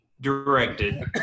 directed